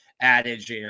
adage